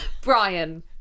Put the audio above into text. Brian